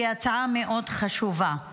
היא הצעה מאוד חשובה.